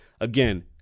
Again